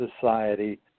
society